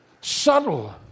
subtle